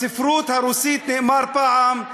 בספרות הרוסית נאמר פעם: